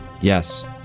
Yes